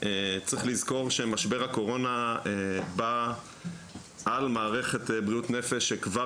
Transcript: צריך לזכור שמשבר הקורונה בא על מערכת בריאות נפש שכבר